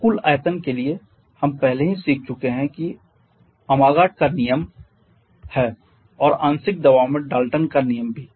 अब कुल आयतन के लिए हम पहले ही सीख चुके हैं की अमागाट का नियम Amagat's law है और आंशिक दबाव में डाल्टन का नियम भी